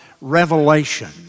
revelation